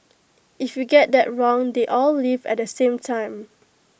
if you get that wrong they all leave at the same time